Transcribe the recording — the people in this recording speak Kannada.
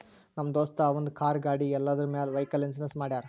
ನಮ್ ದೋಸ್ತ ಅವಂದ್ ಕಾರ್, ಗಾಡಿ ಎಲ್ಲದುರ್ ಮ್ಯಾಲ್ ವೈಕಲ್ ಇನ್ಸೂರೆನ್ಸ್ ಮಾಡ್ಯಾರ್